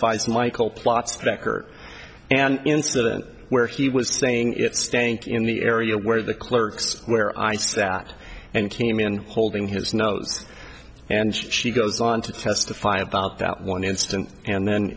feis michael plots back or an incident where he was saying it stank in the area where the clerks where i sat and came in holding his notes and she goes on to testify about that one instant and then